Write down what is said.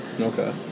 Okay